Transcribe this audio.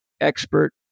expert